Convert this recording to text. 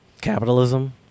Capitalism